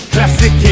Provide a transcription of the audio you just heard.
Classic